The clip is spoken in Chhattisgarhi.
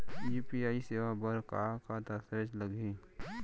यू.पी.आई सेवा बर का का दस्तावेज लागही?